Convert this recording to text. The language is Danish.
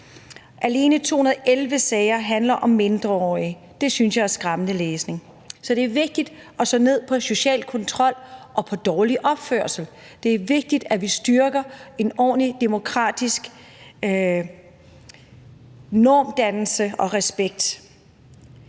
Alene 211 sager handler om mindreårige, det synes jeg er skræmmende læsning, så det er vigtigt at slå ned på social kontrol og dårlig opførsel, og det er vigtigt, at vi styrker en ordentlig demokratisk normdannelse og respekt.